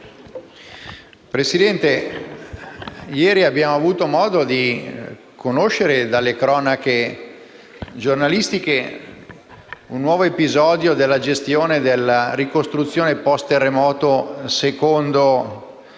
Presidente, ieri abbiamo avuto modo di conoscere dalle cronache giornalistiche un nuovo episodio della gestione della ricostruzione post terremoto secondo